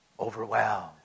overwhelmed